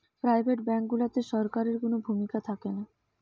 private bank গুলাতে সরকারের কুনো ভূমিকা থাকেনা